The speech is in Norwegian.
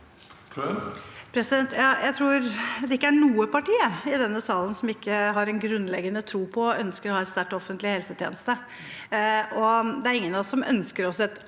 Jeg tror ikke det er noe parti i denne salen som ikke har en grunnleggende tro på og ønsker å ha en sterk offentlig helsetjeneste. Det er ingen av oss som ønsker oss et